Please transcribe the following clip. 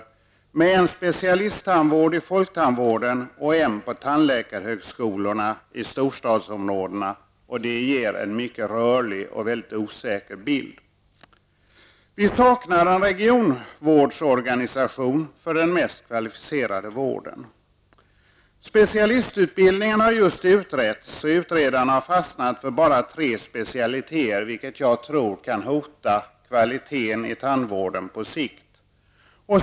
Det finns en specialisttandvård i folktandvården och en på tandläkarhögskolorna i storstadsområdena. Detta medför att det blir en mycket rörlig och mycket osäker bild. Vi saknar en regionvårdsorganisation för den mest kvalificerade vården. Specialistutbildningen har just utretts, och utredarna har fastnat för bara tre specialiteter, vilket jag tror på sikt kan hota kvaliteten i tandvården.